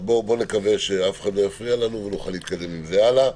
בואו נקווה שאף אחד לא יפריע לנו ונוכל להתקדם עם זה הלאה.